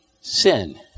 sin